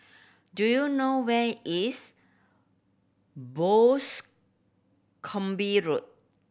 do you know where is Boscombe Road